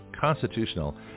constitutional